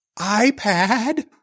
iPad